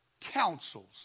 counsels